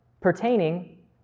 pertaining